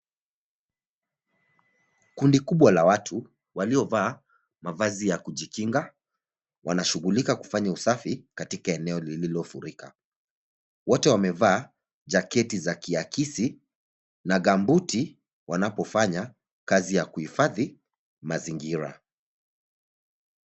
Kundi kubwa la watu waliovaa mavazi ya kujikinga, wanashughulika kufanya usafi katika eneo lililofurika. Wote wamevaa jaketi za kiakisi na gambuti wanapofanya kazi ya kuhifadhi mazingira.